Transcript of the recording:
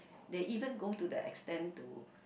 they even go to the extent to